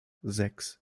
sechs